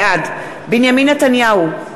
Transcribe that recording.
בעד בנימין נתניהו,